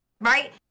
right